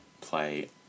play